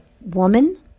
woman